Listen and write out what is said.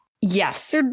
Yes